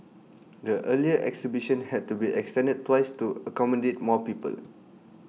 the earlier exhibition had to be extended twice to accommodate more people